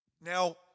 Now